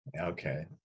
Okay